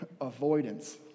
avoidance